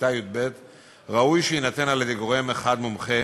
כיתה י"ב ראוי שיינתן על-ידי גורם אחד מומחה